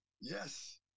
Yes